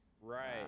right